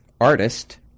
artist